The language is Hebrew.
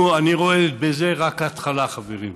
אני רואה בזה רק התחלה, חברים.